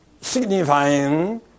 signifying